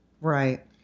Right